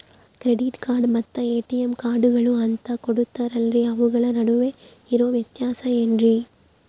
Credit card ಮತ್ತ ATM ಕಾರ್ಡುಗಳು ಅಂತಾ ಕೊಡುತ್ತಾರಲ್ರಿ ಅವುಗಳ ನಡುವೆ ಇರೋ ವ್ಯತ್ಯಾಸ ಏನ್ರಿ?